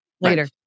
Later